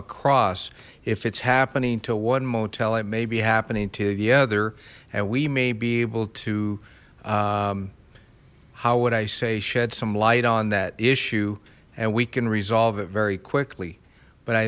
across if it's happening to one motel it may be happening to the other and we may be able to how would i say shed some light on that issue and we can resolve it very quickly but i